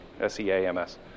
S-E-A-M-S